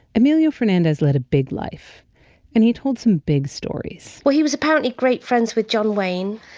amelia fernandez led a big life and he told some big stories well, he was apparently great friends with john wayne,